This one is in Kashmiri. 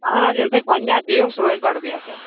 اَہن حظ ییٚلہِ تُہۍ پنٕنہِ اَتھٕ دِیہوٗکھ سُہ روزِ بڈٕ بہتر